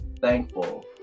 thankful